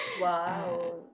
wow